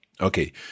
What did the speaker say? Okay